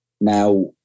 Now